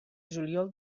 juliol